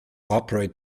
operate